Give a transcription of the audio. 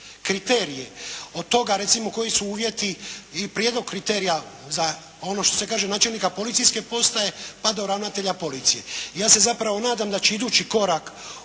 kriterije od toga recimo koji su uvjeti i prijedlog kriterija za ono što se kaže načelnika policijske postaje pa do ravnatelja policije. Ja se zapravo nadam da će idući korak